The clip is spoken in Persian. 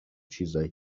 چیزای